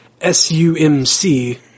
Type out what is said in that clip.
SUMC